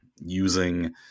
using